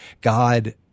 God